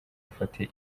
ufate